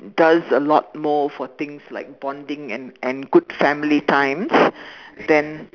does a lot more for things like bonding and and good family times then